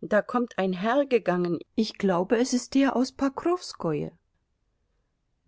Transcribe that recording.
da kommt ein herr gegangen ich glaube es ist der aus pokrowskoje